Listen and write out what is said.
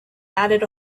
added